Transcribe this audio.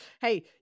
Hey